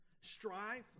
Strife